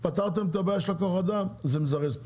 אם פה פתרתם את הבעיה של כוח אדם זה מזרז,